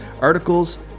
articles